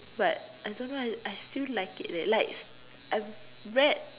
but I don't know eh I still like it like I read